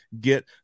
get